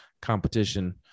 competition